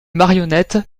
marionnettes